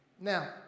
Now